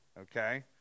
okay